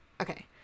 Okay